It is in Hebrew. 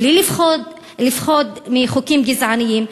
בלי לפחוד מחוקים גזעניים,